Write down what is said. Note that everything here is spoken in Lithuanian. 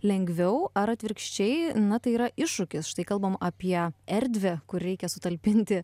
lengviau ar atvirkščiai na tai yra iššūkis štai kalbam apie erdvę kur reikia sutalpinti